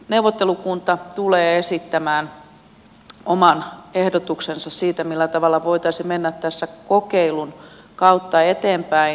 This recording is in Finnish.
neuvottelukunta tulee esittämään oman ehdotuksensa siitä millä tavalla voitaisiin mennä tässä kokeilun kautta eteenpäin